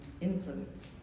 influence